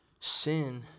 Sin